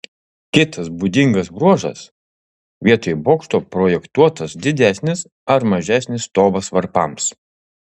kitas būdingas bruožas vietoj bokšto projektuotas didesnis ar mažesnis stovas varpams